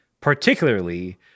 Particularly